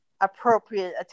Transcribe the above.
appropriate